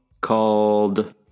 called